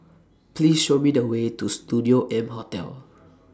Please Show Me The Way to Studio M Hotel